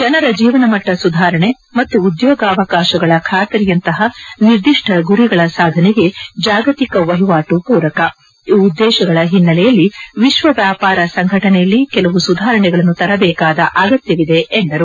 ಜನರ ಜೀವನಮಟ್ಟ ಸುಧಾರಣೆ ಮತ್ತು ಉದ್ಯೋಗಾವಕಾಶಗಳ ಖಾತರಿಯಂತಹ ನಿರ್ದಿಷ್ಟ ಗುರಿಗಳ ಸಾಧನೆಗೆ ಜಾಗತಿಕ ವಹಿವಾಟು ಪೂರಕ ಈ ಉದ್ದೇಶಗಳ ಹಿನ್ನೆಲೆಯಲ್ಲಿ ವಿಶ್ವ ವ್ಯಾಪಾರ ಸಂಘಟನೆಯಲ್ಲಿ ಕೆಲವು ಸುಧಾರಣೆಗಳನ್ನು ತರಬೇಕಾದ ಅಗತ್ಯವಿದೆ ಎಂದರು